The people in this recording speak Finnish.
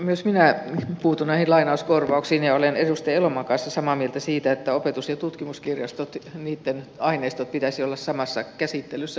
myös minä puutun näihin lainauskorvauksiin ja olen edustaja elomaan kanssa samaa mieltä siitä että opetus ja tutkimuskirjastojen aineistojen pitäisi olla samassa käsittelyssä